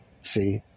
See